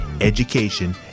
education